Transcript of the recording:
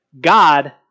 God